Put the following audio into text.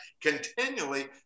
continually